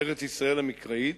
ארץ-ישראל המקראית,